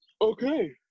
Okay